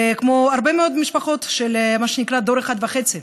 וכמו הרבה מאוד משפחות של מה שנקרא "דור 1.5",